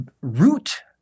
root